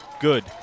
good